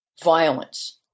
violence